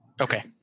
Okay